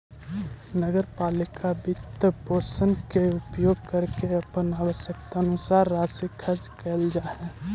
नगर पालिका वित्तपोषण के उपयोग करके अपन आवश्यकतानुसार राशि खर्च कैल जा हई